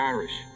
Irish